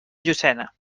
llucena